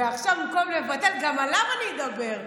ועכשיו, במקום לבטל, גם עליו אני אדבר.